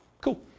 Cool